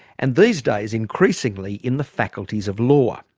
and these days increasingly in the faculties of law.